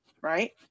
right